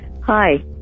hi